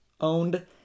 owned